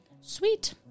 Sweet